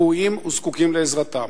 ראויים וזקוקים לעזרתם.